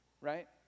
right